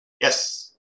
Yes